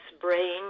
brain